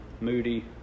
moody